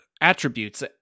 attributes